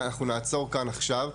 אנחנו נעצור כאן עכשיו,